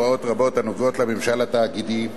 הוראות רבות הנוגעות בממשל התאגידי,